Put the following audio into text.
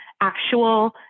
actual